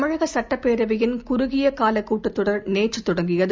தமிழக சுட்டப்பேரவையின் குறுகியகால கூட்டத்தொடர் நேற்று தொடங்கியது